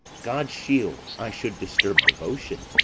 god shield i should disturb devotion!